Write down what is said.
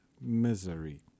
misery